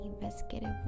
investigative